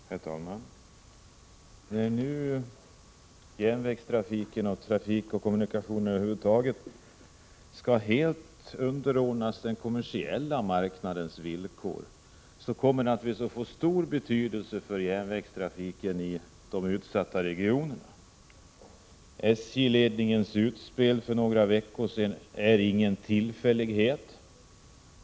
Herr talman! När nu järnvägstrafik och trafik och kommunikationer över huvud taget helt skall underordnas den kommersiella marknadens villkor, kommer det naturligtvis att få stor betydelse för järnvägstrafiken i de utsatta regionerna. SJ:s utspel för några veckor sedan är ingen tillfällighet.